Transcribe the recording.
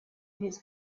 his